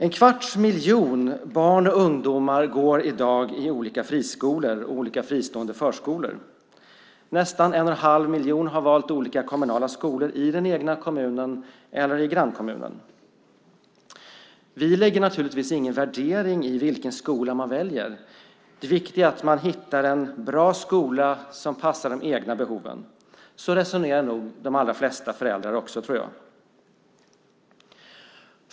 En kvarts miljon barn och ungdomar går i dag i olika friskolor och fristående förskolor. Nästan en och en halv miljon har valt kommunala skolor i den egna kommunen eller i grannkommunen. Vi lägger naturligtvis ingen värdering i vilken skola man väljer, det viktiga är att man hittar en bra skola som passar de egna behoven. Så resonerar nog de allra flesta föräldrar, tror jag.